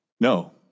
No